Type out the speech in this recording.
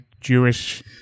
Jewish